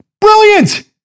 Brilliant